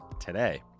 today